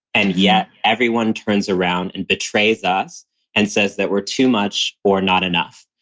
and yet everyone turns around and betrays us and says that we're too much or not enough.